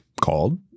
called